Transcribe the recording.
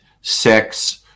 sex